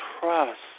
trust